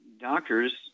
doctors